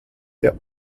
der